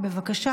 בבקשה.